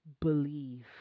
believe